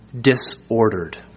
disordered